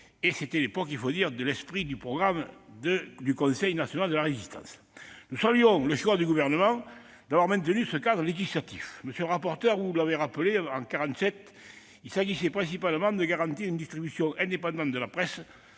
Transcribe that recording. qu'il en soit, il a suivi l'esprit du programme du Conseil national de la Résistance, et nous saluons le choix du Gouvernement d'avoir maintenu ce cadre législatif. Monsieur le rapporteur, vous l'avez rappelé : en 1947, il s'agissait principalement de garantir une distribution indépendante de la presse,